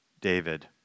David